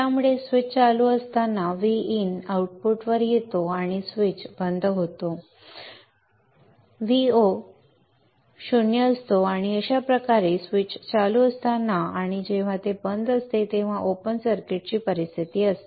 त्यामुळे स्विच चालू असताना Vin आऊटपुटवर येतो आणि स्विच बंद असतो Vo 0 असतो आणि अशा प्रकारे स्विच चालू असताना आणि जेव्हा ते बंद असते तेव्हा ओपन सर्किटची परिस्थिती असते